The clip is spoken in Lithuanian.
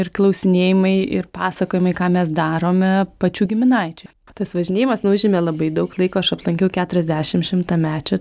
ir klausinėjimai ir pasakojimai ką mes darome pačių giminaičių tas važinėjimas nu užėmė labai daug laiko aš aplankiau keturiasdešim šimtamečių